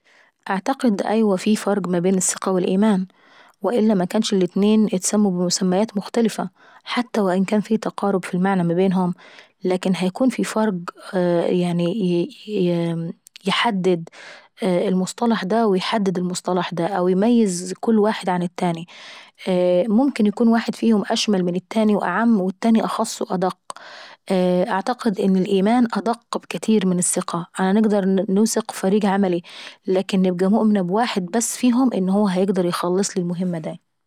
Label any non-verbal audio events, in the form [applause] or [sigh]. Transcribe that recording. اعتقد أيوة في فرق بين الثقة والايما. بدليل ان الاتنين اتسموا بمسميات مختلفة، حتى وان كان في تقارب في المعنى ما بينهم لكن هيكون في فرق [hesitation] يحدد المصطلح دا ويحدد المصطلح دا او يميز كل واحد عن التاني، [hesitation] وممكن يكون واحد فيهم أشمل من التاني وأعم والتاني يكون أخص وأدق. أعتقد ان الايمان أدق بكتير من الثقة. انا نقدر نوثق في فريق عملي لكن نبقى مؤمنة بواحد بس فيهم انه يقدر يخلصلي المهمة داي.